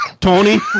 Tony